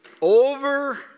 Over